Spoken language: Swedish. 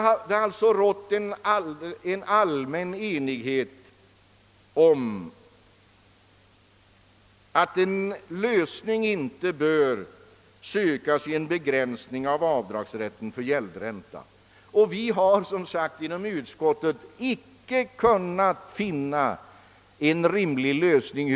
Det har alltså rått en allmän enighet om att en lösning inte bör sökas i en begränsning av avdragsrätten för gäldränta. Vi har som sagt inom utskottet icke kunnat finna en rimlig lösning.